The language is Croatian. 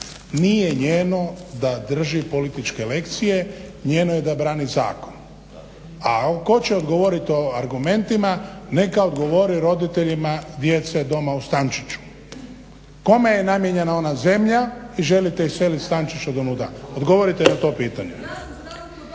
Nije njeno da drži političke lekcije, njeno je da brani zakon, ako hoće odgovorit argumentima neka odgovori roditeljima djece doma u stančiću. Kome je namijenjena ona zemlja i želite iselit stančić odonuda, odgovorite na to pitanje?